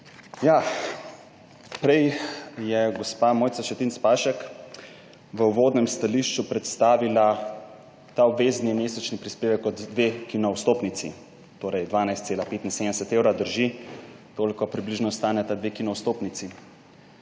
Prej je gospa Mojca Šetinc Pašek v uvodnem stališču predstavila ta obvezni mesečni prispevek kot dve kino vstopnici. Torej 12,75 evra. Drži, toliko približno staneta dve kino vstopnici.